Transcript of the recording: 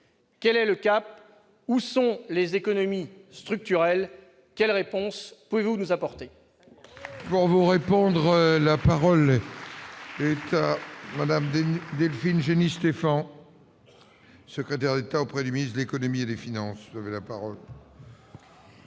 Quel est le cap ? Où sont les économies structurelles ? Quelles réponses pouvez-vous nous apporter ?